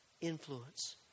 influence